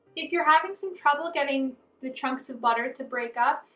if you're having some trouble getting the chunks of butter to break up,